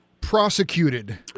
prosecuted